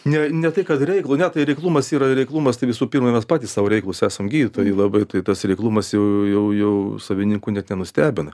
ne ne tai kad reiklu ne tai reiklumas yra reiklumas tai visų pirma mes patys sau reiklūs esam gydytojai labai tai tas reiklumas jau jau jau savininkų net nenustebina